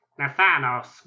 Nathanos